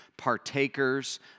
partakers